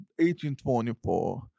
1824